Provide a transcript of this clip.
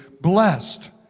blessed